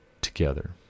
together